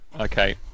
Okay